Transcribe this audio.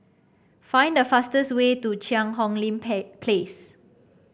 find the fastest way to Cheang Hong Lim Place